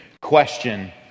question